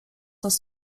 nas